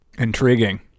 Intriguing